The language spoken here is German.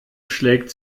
schlägt